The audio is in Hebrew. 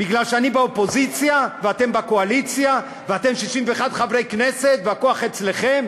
בגלל שאני באופוזיציה ואתם בקואליציה ואתם 61 חברי כנסת והכוח אצלכם?